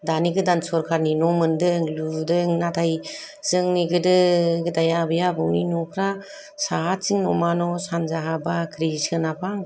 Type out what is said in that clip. दानि गोदान सरकारनि न' मोनदों लुदों नाथाय जोंनि गोदो गोदाय आबै आबौनि न'फ्रा साहाथिं न'मा न' सान्जाहा बाख्रि सोनाबहा